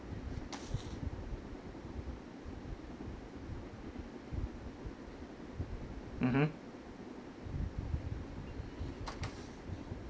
mmhmm